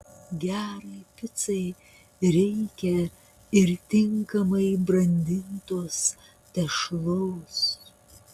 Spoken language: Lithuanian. gerai picai reikia ir tinkamai brandintos tešlos